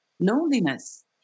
loneliness